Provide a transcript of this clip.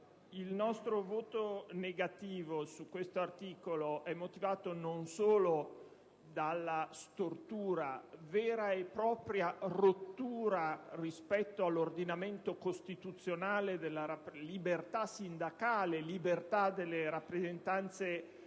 che esprimeremo su questo articolo è motivato non solo dalla stortura, dalla vera e propria rottura rispetto all'ordinamento costituzionale della libertà sindacale, della libertà delle rappresentanze professionali,